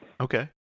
Okay